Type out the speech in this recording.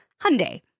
Hyundai